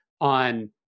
on